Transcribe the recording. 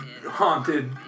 haunted